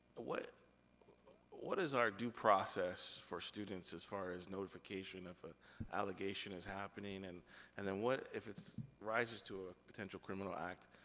ah what what is our due process for students as far as notification if a allegation is happening? and and then what, if it rises to a potential criminal act,